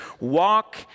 walk